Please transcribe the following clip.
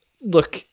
look